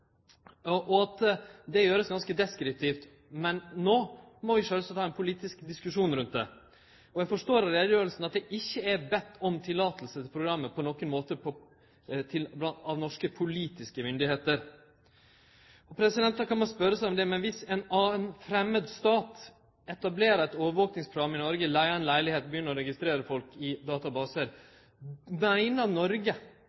og at det vert gjort ganske deskriptivt. Men no må vi sjølvsagt ha ein politisk diskusjon rundt det. Eg forstår av utgreiinga at det ikkje på nokon måte er bedt om lov til programmet av norske politiske myndigheiter. Då kan ein spørje seg: Dersom ein annan framand stat etablerer eit overvakingsprogram i Noreg, leiger ei leilegheit og begynner å registrere folk i